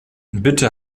bitte